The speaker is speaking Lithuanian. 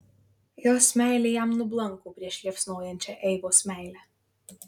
jos meilė jam nublanko prieš liepsnojančią eivos meilę